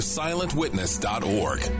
silentwitness.org